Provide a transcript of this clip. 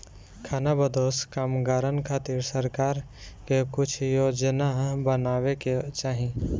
खानाबदोश कामगारन खातिर सरकार के कुछ योजना बनावे के चाही